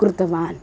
कृतवान्